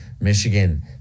Michigan